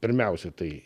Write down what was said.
pirmiausia tai